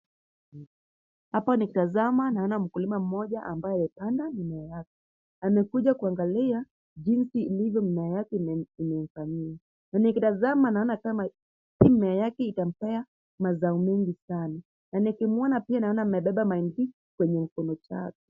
Hapo nikitazama naona mkulima mmoja ambaye amepanda mimea yake. Amekuja kuangalia jinsi ilivyo mimea yake imenawiri. Na nikitazama naona kama mimea yake itampea mazao mengi sana. Na nikimuona pia naona amebeba mahindi kwenye mkono chake.